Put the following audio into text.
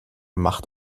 macht